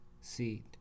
seat